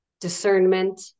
discernment